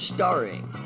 Starring